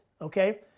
okay